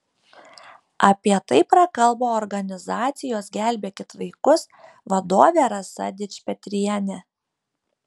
apie tai prakalbo organizacijos gelbėkit vaikus vadovė rasa dičpetrienė